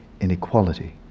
inequality